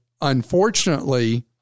unfortunately